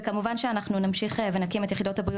וכמובן שאנחנו נמשיך ונקים את יחידות הבריאות